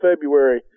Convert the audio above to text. February